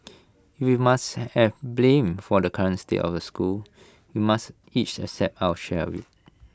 if we must have blame for the current state of the school we must each accept our share of IT